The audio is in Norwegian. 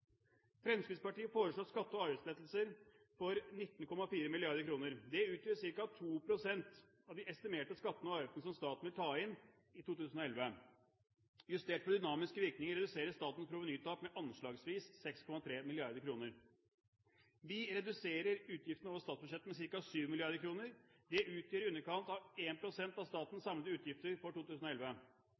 Fremskrittspartiet foreslår skatte- og avgiftslettelser for 19,4 mrd. kr. Det utgjør ca. 2 pst. av de estimerte skattene og avgiftene som staten vil ta inn i 2011. Justert for dynamiske virkninger reduseres statens provenytap med anslagsvis 6,3 mrd. kr. Vi reduserer utgiftene over statsbudsjettet med ca. 7 mrd. kr. Det utgjør i underkant av 1 pst. av statens samlede utgifter for 2011.